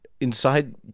inside